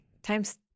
Times